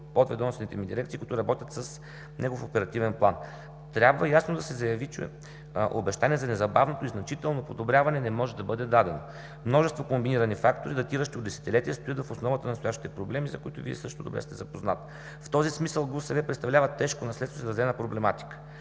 подведомствените дирекции, които работят с него в оперативен план. Трябва ясно да се заяви, че обещание за незабавното и значително подобряване не може да бъде дадено. Множество комбинирани фактори, датиращи от десетилетия, стоят в основата на настоящите проблеми, за които Вие също добре сте запознат. В този смисъл ГУСВ представлява тежко наследство с изразена проблематика.